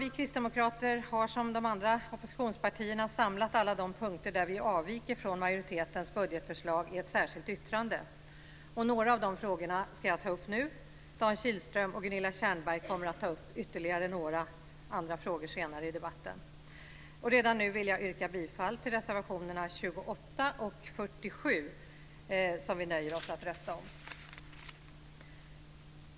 Vi kristdemokrater har som de andra oppositionspartierna samlat alla de punkter där vi avviker från majoritetens budgetförslag i ett särskilt yttrande. Några av de frågorna ska jag ta upp nu. Dan Kihlström och Gunilla Tjernberg kommer att ta upp ytterligare några frågor senare i debatten. Jag vill redan nu yrka bifall till reservationerna 28 och 47. Vi nöjer oss med att rösta om dem.